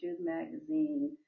magazine